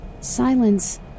Silence